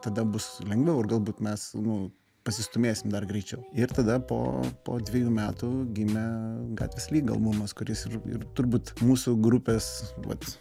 tada bus lengviau ir galbūt mes nu pasistūmėsim dar greičiau ir tada po po dvejų metų gimė gatvės lyga albumas kuris ir turbūt mūsų grupės vat